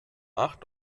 acht